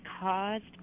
caused